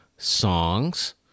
songs